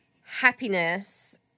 happiness